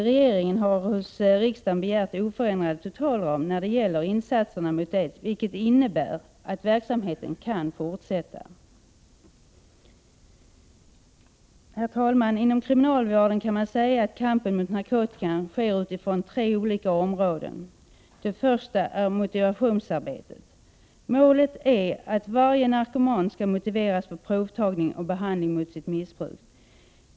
Regeringen har hos riksdagen begärt oförändrad totalram när det gäller insatserna mot aids, vilket innebär att verksamheten kan fortsätta. Herr talman! Man kan säga att kampen inom kriminalvården mot narkotikan sker utifrån tre olika områden. Det första är motivationsarbetet. Målet är att varje narkoman skall motiveras för provtagning och behandling mot sitt missbruk.